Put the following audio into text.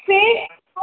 से हम